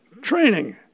training